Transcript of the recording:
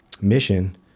mission